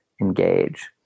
Engage